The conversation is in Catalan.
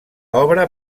obra